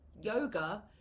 yoga